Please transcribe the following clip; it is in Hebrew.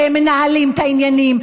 והם מנהלים את העניינים,